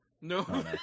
No